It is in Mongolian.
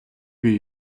бие